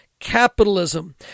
capitalism